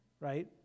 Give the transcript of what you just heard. right